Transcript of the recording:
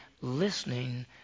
listening